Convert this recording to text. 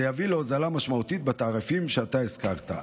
זה יביא להוזלה משמעותית בתעריפים שאתה הזכרת".